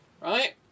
right